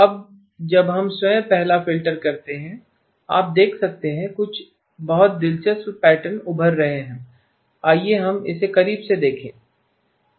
अब जब हम स्वयं पहला फ़िल्टर करते हैं आप देख सकते हैं कुछ बहुत दिलचस्प पैटर्न उभर रहे हैं आइए हम इसे करीब से देखें